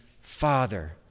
father